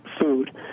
food